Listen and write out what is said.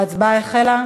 ההצבעה החלה.